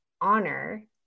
honor